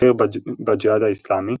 בכיר בג'יהאד האסלאמי,